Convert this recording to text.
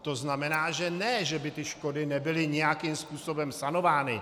To znamená, že ne že by ty škody nebyly nějakým způsobem sanovány.